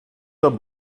der